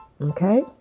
Okay